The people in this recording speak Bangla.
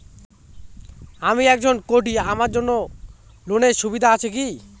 আমি একজন কট্টি আমার জন্য ঋণের সুবিধা আছে কি?